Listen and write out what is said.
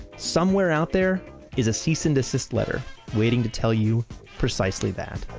somewhere out there is a cease and desist letter waiting to tell you precisely that